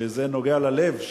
שזה נוגע ללב,